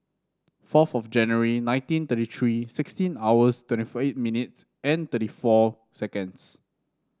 fourth of January nineteen thirty three sixteen hours twenty eight minutes and thirty four seconds